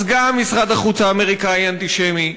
אז גם משרד החוץ האמריקני אנטישמי,